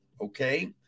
Okay